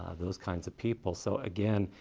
those kinds of people. so again,